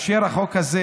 אני, בחוק הזה,